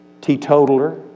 teetotaler